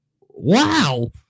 wow